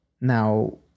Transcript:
now